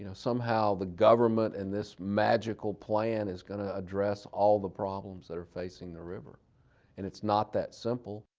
you know somehow the government and this magical plan is going to address all the problems that are facing the river. and it's not that simple.